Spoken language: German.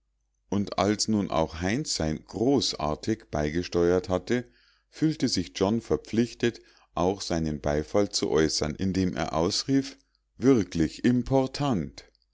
und als nun auch heinz sein großartig beigesteuert hatte fühlte sich john verpflichtet auch seinen beifall zu äußern indem er ausrief wirklich important